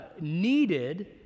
needed